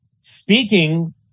speaking